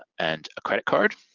and a credit card.